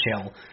chill